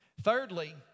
Thirdly